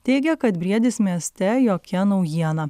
teigia kad briedis mieste jokia naujiena